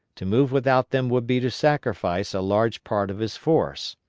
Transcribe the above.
to move without them would be to sacrifice a large part of his force.